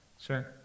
Sure